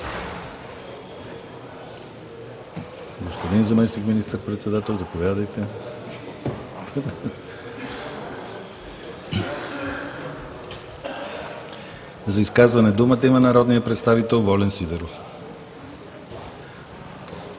За изказване има думата народният представител Волен Сидеров.